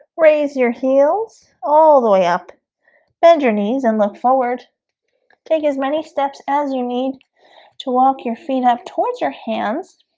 raise your heels all the way up bend your knees and look forward take as many steps as you need to walk your feet up towards your hands